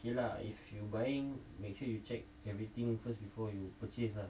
you know